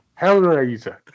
Hellraiser